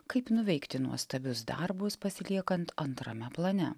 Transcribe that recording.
kaip nuveikti nuostabius darbus pasiliekant antrame plane